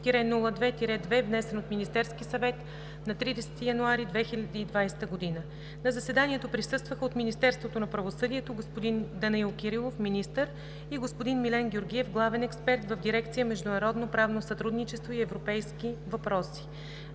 внесен от Министерския съвет на 30 януари 2020 г. На заседанието присъстваха от Министерството на правосъдието господин Данаил Кирилов – министър, и господин Милен Георгиев – главен експерт в Дирекция „Международно правно сътрудничество и европейски въпроси“.